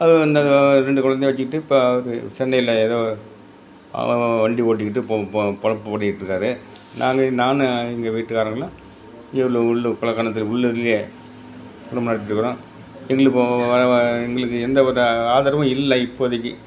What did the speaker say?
அதுங்க வந்து அதுங்க ரெண்டு கொழந்தைய வச்சிட்டு இப் அது சென்னையில் போ ஏதோ ஒ அவன் வண்டி ஓட்டிகிட்டு பொ பொ பொழப்ப ஓட்டிகிட்டு இருக்கார் நாங்கள் நானும் எங்கள் வீட்டுக்காரங்களும் இங்கே உள்ளூர் உள்ளூர் பலகானத்துக்கு உள்ளூர்லேயே குடும்பம் நடத்திட்டுக்கிறோம் எங்களுக்கோ வ வ எங்களுக்கு எந்தவித ஆதரவும் இல்லை இப்போதிக்கு